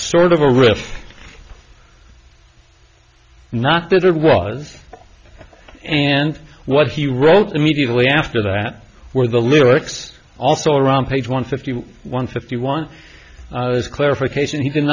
sort of a riff not that there was and what he wrote immediately after that were the lyrics also around page one fifty one fifty one clarification he did